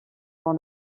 dans